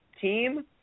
team